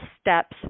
steps